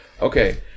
okay